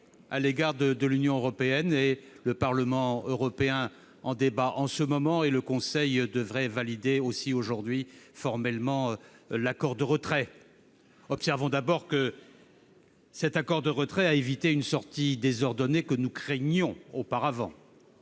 à l'égard de l'Union européenne. Le Parlement européen en débat en ce moment, et le Conseil devrait valider formellement, aujourd'hui, l'accord de retrait. Observons d'abord que cet accord de retrait a évité une sortie désordonnée que nous craignions auparavant.